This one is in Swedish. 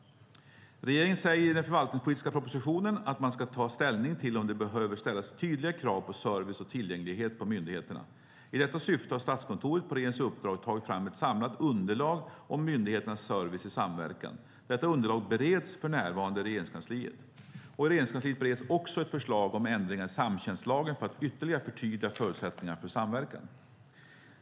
Regeringen säger i den förvaltningspolitiska propositionen att man ska ta ställning till om det behöver ställas tydligare krav på service och tillgänglighet på myndigheterna. I detta syfte har Statskontoret på regeringens uppdrag tagit fram ett samlat underlag om myndigheternas service i samverkan. Detta underlag bereds för närvarande i Regeringskansliet. I Regeringskansliet bereds också ett förslag om ändringar i samtjänstlagen för att ytterligare förtydliga förutsättningarna för samverkan.